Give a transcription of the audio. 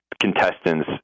contestants